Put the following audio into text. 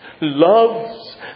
loves